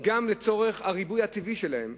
גם לצורך הריבוי הטבעי שלהם,